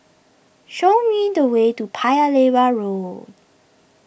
show me the way to Paya Lebar Road